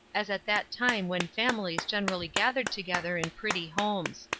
as at that time when families generally gathered together in pretty homes.